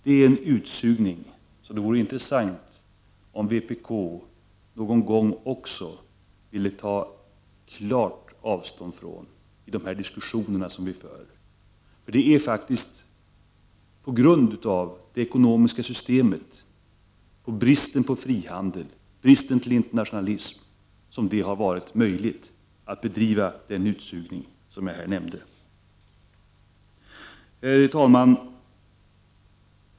Det är en utsugning som det vore intressant om också vpk någon gång i våra diskussioner ville ta klart avstånd från. Det är faktiskt på grund av det ekonomiska systemet och bristen på frihandel och internationalism som det har varit möjligt att bedriva den utsugning som jag här nämnt. Herr talman!